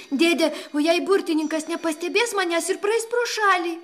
dėde o jei burtininkas nepastebės manęs ir praeis pro šalį